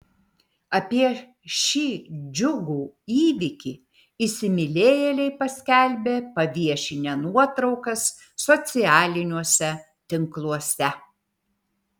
apie šį džiugų įvykį įsimylėjėliai paskelbė paviešinę nuotraukas socialiniuose tinkluose